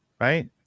Right